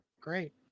Great